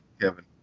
Kevin